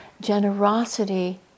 generosity